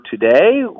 today